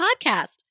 podcast